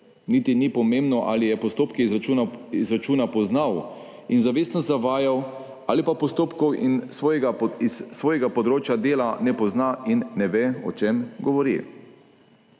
Niti ni pomembno, ali je postopke izračuna poznal in zavestno zavajal ali pa postopkov s svojega področja dela ne pozna in ne ve, o čem govori.